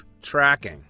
tracking